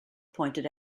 pointed